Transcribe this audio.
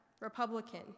Republican